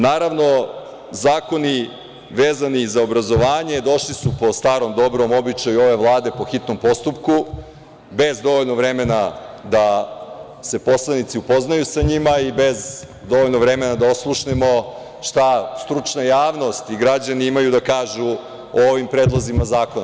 Naravno, zakoni vezani za obrazovanje došli su po starom dobrom običaju ove Vlade po hitnom postupku, bez dovoljno vremena da se poslanici upoznaju sa njima i bez dovoljno vremena da oslušnemo šta stručna javnost i građani imaju da kažu o ovim predlozima zakona.